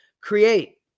create